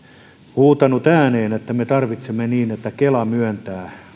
huutanut ääneen että me tarvitsemme sitä että kela myöntää